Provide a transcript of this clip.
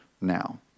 now